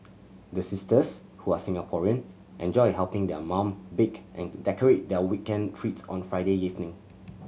the sisters who are Singaporean enjoy helping their mum bake and decorate their weekend treats on Friday evening